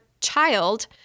child